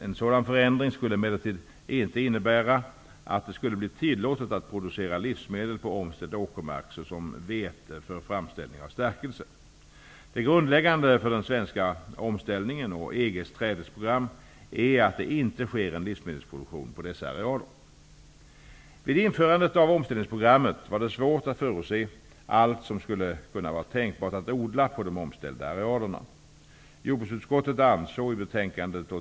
En sådan förändring skulle emellertid inte innebära att det skulle bli tillåtet att producera livsmedel såsom vete för framställning av stärkelse på omställd åkermark. Det grundläggande för den svenska omställningen och EG:s trädesprogram är att det inte sker en livsmedelsproduktion på dessa arealer. Vid införandet av omställningsprogrammet var det svårt att förutse allt som skulle kunna vara tänkbart att odla på de omställda arealerna.